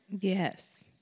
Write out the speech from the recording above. Yes